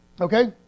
Okay